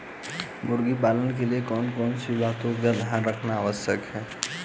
मुर्गी पालन के लिए कौन कौन सी बातों का ध्यान रखना आवश्यक है?